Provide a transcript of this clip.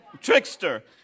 trickster